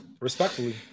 Respectfully